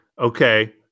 Okay